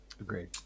agreed